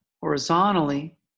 horizontally